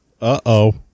Uh-oh